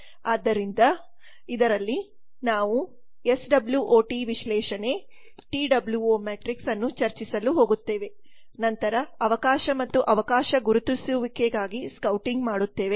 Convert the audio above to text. ಆದ್ದರಿಂದ ಇದರಲ್ಲಿ ನಾವು ಎಸ್ ಡಬ್ಲ್ಯೂ ಒ ಟಿ ವಿಶ್ಲೇಷಣೆ ಟಿ ಒ ಡಬ್ಲ್ಯೂ ಮ್ಯಾಟ್ರಿಕ್ಸ್ ಅನ್ನು ಚರ್ಚಿಸಲು ಹೋಗುತ್ತೇವೆ ನಂತರ ಅವಕಾಶ ಮತ್ತು ಅವಕಾಶ ಗುರುತಿಸುವಿಕೆಗಾಗಿ ಸ್ಕೌಟಿಂಗ್ ಮಾಡುತ್ತೇವೆ